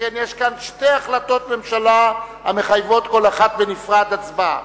שכן יש כאן שתי החלטות ממשלה המחייבות כל אחת בנפרד הצבעה.